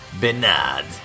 Bernard